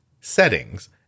Settings